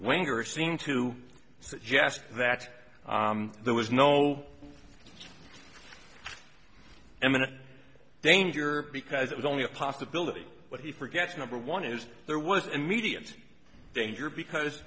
wenger seemed to suggest that there was no imminent danger because it was only a possibility but he forgets number one is there was immediate danger because